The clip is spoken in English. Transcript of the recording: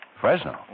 Fresno